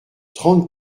trente